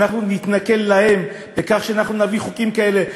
אנחנו נתנכל להם בכך שאנחנו נביא חוקים כאלה,